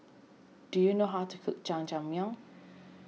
do you know how to cook Jajangmyeon